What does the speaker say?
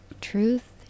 Truth